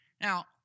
Now